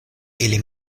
ili